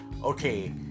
Okay